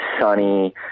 sunny